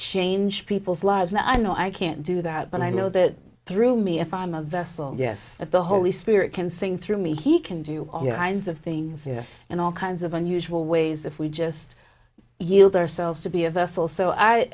change people's lives now i know i can't do that but i know that through me if i'm a vessel yes the holy spirit can sing through me he can do all kinds of things yes and all kinds of unusual ways if we just yield ourselves to be a vessel so i